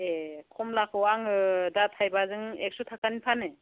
ए कमलाखौ आङो दा थायबाजों एक्स' थाखानि फानो